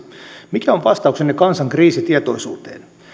mikä on vastauksenne kansan kriisitietoisuuteen